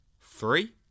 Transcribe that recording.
three